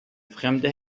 fremde